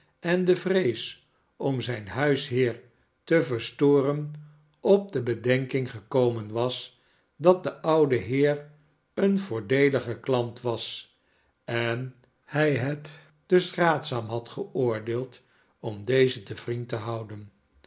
en de vrees om zijn huisheer te verstoren op de bedenking gekomen was dat de oude heer een voordeelige klant was en hij het dus raadzaam had geoordeeld om dezen te vriend te houden